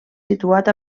situat